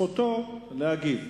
זכותו להגיב.